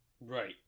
Right